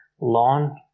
lawn